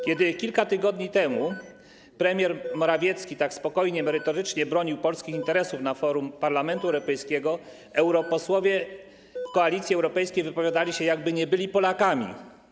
Kiedy kilka tygodni temu premier Morawiecki tak spokojnie, merytorycznie bronił polskich interesów na forum Parlamentu Europejskiego, europosłowie Koalicji Europejskiej wypowiadali się, jakby nie byli Polakami.